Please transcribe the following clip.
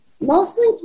mostly